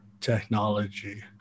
technology